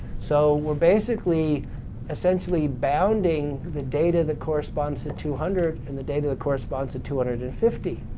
so we're basically essentially bounding the data that corresponds to two hundred and the data that corresponds to two hundred and fifty,